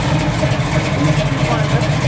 furniture दी दकान ऐ सर